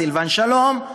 סילבן שלום,